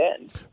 end